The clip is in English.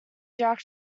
jack